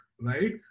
right